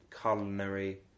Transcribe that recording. culinary